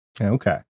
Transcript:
Okay